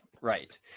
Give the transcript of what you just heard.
Right